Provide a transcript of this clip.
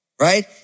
right